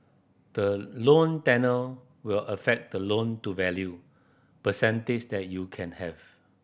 the loan tenure will affect the loan to value percentage that you can have